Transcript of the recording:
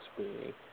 experience